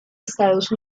estados